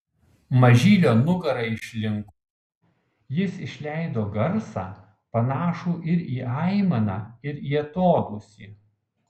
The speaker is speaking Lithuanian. mažylio nugara išlinko jis išleido garsą panašų ir į aimaną ir į atodūsį